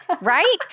Right